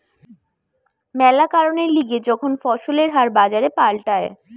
ম্যালা কারণের লিগে যখন ফসলের হার বাজারে পাল্টায়